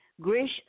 Grish